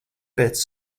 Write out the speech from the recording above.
pēc